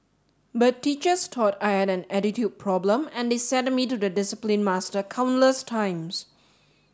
but teachers thought I had an attitude problem and they sent me to the discipline master countless times